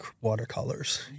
watercolors